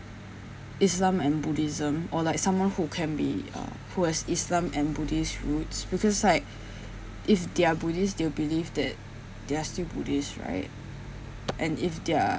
islam and buddhism or like someone who can be uh who has islam and buddhist roots because like if they're buddhist they'll believe that they are still buddhist right and if they're